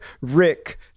Rick